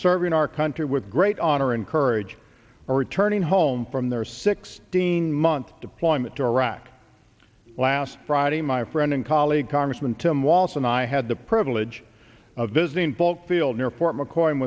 serving our country with great honor and courage are returning home from their sixteen month deployment to iraq last friday my friend and colleague congressman tim waltz and i had the privilege of visiting ball field near fort mccoy in